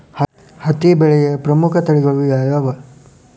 ಹತ್ತಿ ಬೆಳೆಯ ಪ್ರಮುಖ ತಳಿಗಳು ಯಾವ್ಯಾವು?